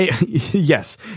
Yes